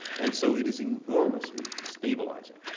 and so, it is enormously stabilizing.